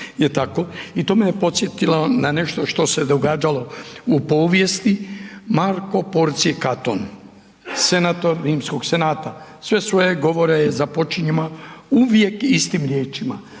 I to me je podsjetilo na nešto što se je događalo u povijesti Marko Porcije Katon, senator Rimskog senata sve svoje govore je započinjao uvijek istim riječima